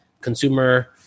consumer